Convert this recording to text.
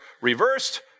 reversed